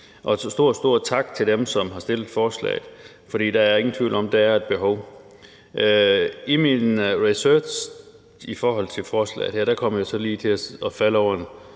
stor, stor tak til dem, som har stillet forslaget, for der er ingen tvivl om, at der er et behov. I min research i forhold til forslaget kom jeg så lige til at falde over en